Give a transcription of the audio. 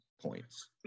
points